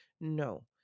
No